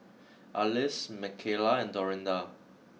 Alys Mckayla and Dorinda